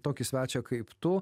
tokį svečią kaip tu